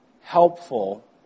helpful